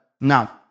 Now